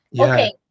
okay